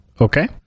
Okay